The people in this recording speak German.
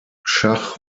schach